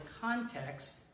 context